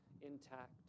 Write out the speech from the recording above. intact